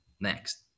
next